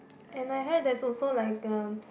and I heard there's also like uh